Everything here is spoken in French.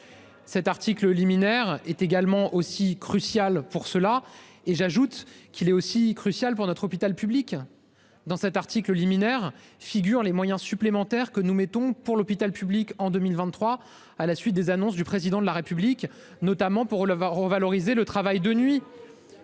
Cet article liminaire est également aussi crucial pour cela et j'ajoute qu'il est aussi crucial pour notre hôpital public. Dans cet article liminaire figurent les moyens supplémentaires que nous mettons pour l'hôpital public en 2023 à la suite des annonces du président de la République, notamment pour le revaloriser le travail de nuit.